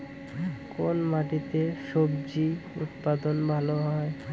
কোন মাটিতে স্বজি উৎপাদন ভালো হয়?